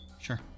sure